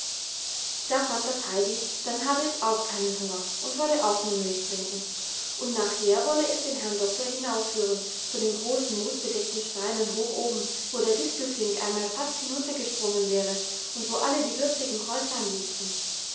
da fand das heidi dann habe es auch keinen hunger und wolle auch nur milch trinken und nachher wolle es den herrn doktor hinaufführen zu den großen moosbedeckten steinen hoch oben wo der distelfink einmal fast hinuntergesprungen wäre und wo alle die würzigen kräutlein wuchsen